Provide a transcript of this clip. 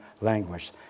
language